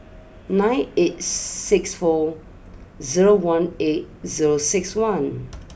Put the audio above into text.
nine eight six four zero one eight zero six one